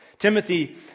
Timothy